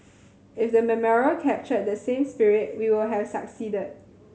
if the memorial captured that same spirit we will have succeeded